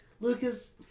Lucas